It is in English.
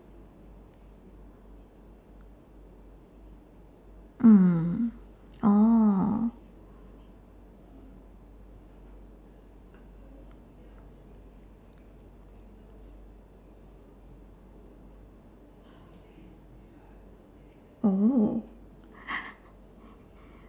mm oh oh